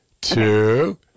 two